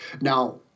Now